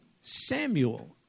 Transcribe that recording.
Samuel